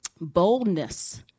boldness